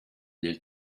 del